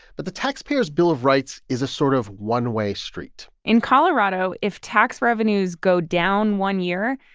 but the taxpayer's bill of rights is a sort of one-way street in colorado, if tax revenues go down one year,